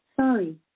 Sorry